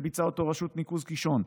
וביצעה אותו רשות ניקוז קישון,